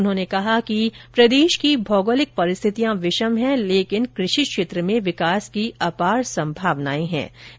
उन्होंने कहा कि राजस्थान की भौगोलिक परिस्थितियां विषम हैं लेकिन कृषि क्षेत्र में विकास की अपार सम्भावनाएं मौजूद हैं